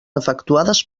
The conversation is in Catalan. efectuades